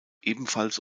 ebenfalls